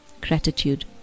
Gratitude